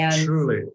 Truly